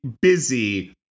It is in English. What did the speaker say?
busy